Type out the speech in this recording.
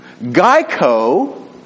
Geico